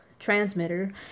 transmitter